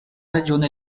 regione